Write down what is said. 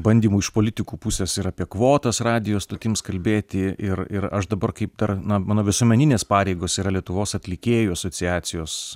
bandymų iš politikų pusės ir apie kvotas radijo stotims kalbėti ir ir aš dabar kaip dar na mano visuomeninės pareigos yra lietuvos atlikėjų asociacijos